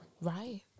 right